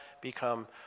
become